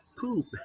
poop